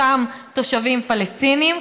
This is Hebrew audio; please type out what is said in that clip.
אותם תושבים פלסטינים,